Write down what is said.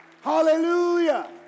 Hallelujah